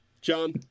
John